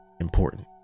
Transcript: important